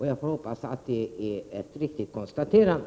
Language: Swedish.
Jag får hoppas att det är ett riktigt konstaterande.